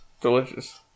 Delicious